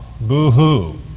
Boo-hoo